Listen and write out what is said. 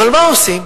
אבל מה עושים?